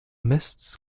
mists